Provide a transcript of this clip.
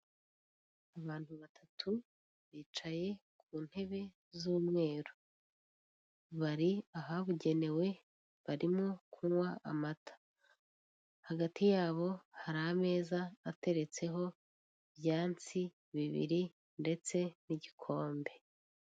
Abantu batatu bicaye ku ntebe z'umweru bari ahabugenewe barimo kunkwa amata hagati yabo hari ameza ateretseho ibyansi bibiri ndetse n'igikombe.